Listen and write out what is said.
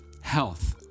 health